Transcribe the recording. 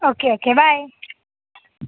okay okay bye